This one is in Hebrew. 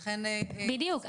בדיוק.